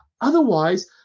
Otherwise